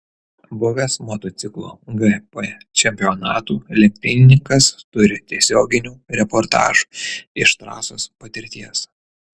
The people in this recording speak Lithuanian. buvęs motociklų gp čempionatų lenktynininkas turi tiesioginių reportažų iš trasos patirties